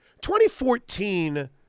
2014